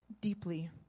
deeply